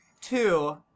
Two